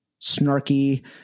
snarky